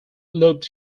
lobed